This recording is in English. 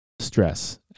stress